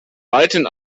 weiten